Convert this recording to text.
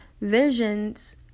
Visions